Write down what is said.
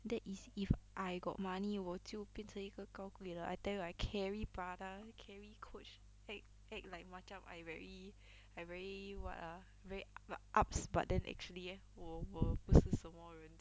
that is if I got money 我就变成一个高贵的 I tell you I carry Prada carry Coach act act like macam I very I very what ah very ups but then actually 我我不是什么人